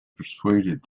persuaded